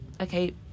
okay